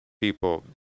people